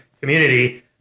community